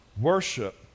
worship